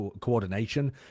coordination